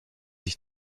sich